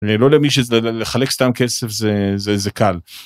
לא למי שזה לחלק סתם כסף זה זה זה קל.